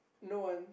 no one